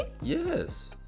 Yes